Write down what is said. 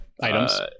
Items